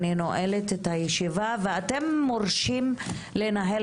אני נועלת את הישיבה ואתם מורשים לנהל